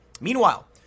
meanwhile